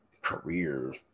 career